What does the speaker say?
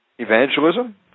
Evangelism